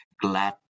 glad